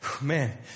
man